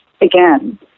again